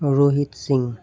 Rohit Singh